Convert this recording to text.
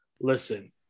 listen